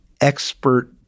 expert